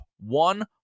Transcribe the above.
one